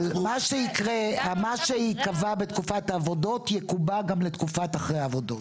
אבל מה שיקבע בתקופת העבודות יקובע גם לתקופת אחרי העבודות.